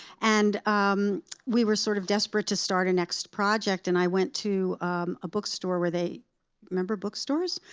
and we were sort of desperate to start a next project. and i went to a bookstore where they remember bookstores?